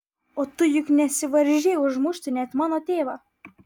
o tu juk nesivaržei užmušti net mano tėvą